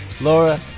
Laura